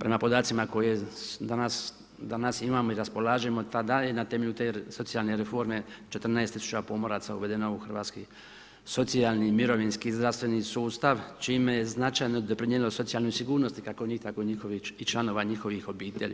prema podacima koje danas imamo i raspolažemo tada je na temelju te socijalne reforme 14 tisuća pomoraca uvedeno u hrvatski socijalni, mirovinski, zdravstveni sustav čime je značajno doprinijelo socijalnoj sigurnosti kako njih tako i članova njihovih obitelji.